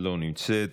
לא נמצאת.